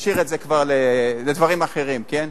נשאיר את זה כבר לדברים אחרים, כן?